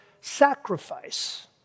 sacrifice